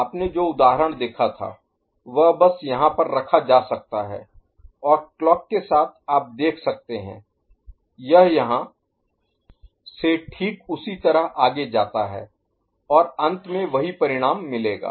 आपने जो उदाहरण देखा था वह बस यहाँ पर रखा जा सकता है और क्लॉक के साथ आप देख सकते हैं यह यहाँ से ठीक उसी तरह आगे जाता है और अंत में वही परिणाम मिलेगा